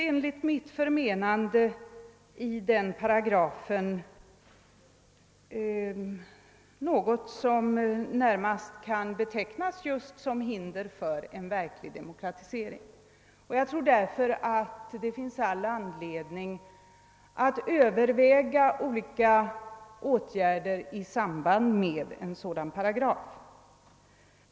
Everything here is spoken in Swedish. Enligt mitt förmenande finns det i den paragrafen något som närmast kan betecknas just som ett hinder för en verklig demokratisering. Jag tror därför att det finns all anledning att överväga olika åtgärder i samband med denna paragraf.